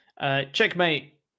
Checkmate